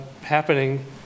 happening